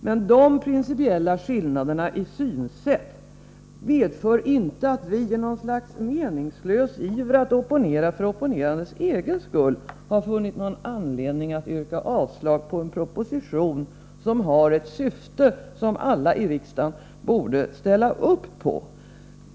Men de principiella skillnaderna i synsätt medför inte att vi i något slags meningslös iver att opponera för opponerandets egen skull har funnit anledning att yrka avslag på en proposition vilken har ett syfte som alla i riksdagen borde ställa upp på.